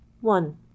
one